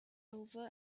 over